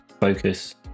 focus